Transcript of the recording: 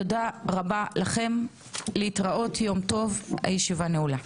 תודה רבה, הישיבה נעולה.